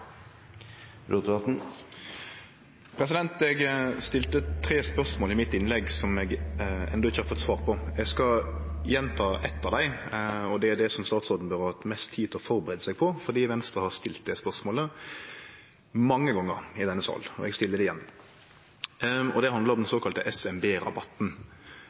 framover. Eg stilte tre spørsmål i innlegget mitt, som eg enno ikkje har fått svar på. Eg skal gjenta eit av dei, og det er det som statsråden bør ha hatt mest tid til å forberede seg på, fordi Venstre har stilt det spørsmålet mange gonger i denne salen, og eg stiller det igjen. Det handlar om den